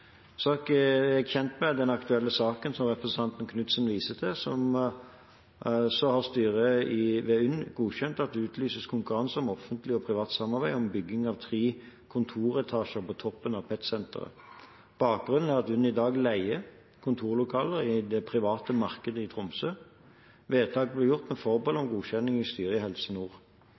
er kjent med den aktuelle saken som representanten Knutsen viser til, så har styret ved UNN godkjent at det utlyses konkurranse om offentlig og privat samarbeid om bygging av tre kontoretasjer på toppen av PET-senteret. Bakgrunnen er at UNN i dag leier kontorlokaler i det private markedet i Tromsø. Vedtaket ble gjort med forbehold om godkjenning i styret i Helse Nord.